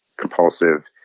compulsive